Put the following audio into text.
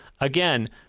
Again